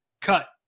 cut